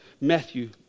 Matthew